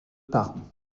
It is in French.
parents